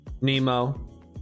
nemo